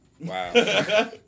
Wow